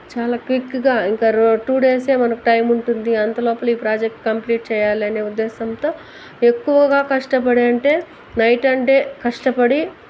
చాలా క్విక్ గా ఇంకా టూ డేస్ ఏ మనకి టైం ఉంటుంది అంతలోపు ఈ ప్రాజెక్ట్ కంప్లీట్ చేయాలనే ఉద్దేశంతో ఎక్కువగా కష్టపడే అంటే నైట్ అంటే కష్టపడి